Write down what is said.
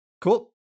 Cool